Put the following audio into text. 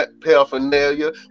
paraphernalia